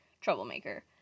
Troublemaker